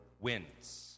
wins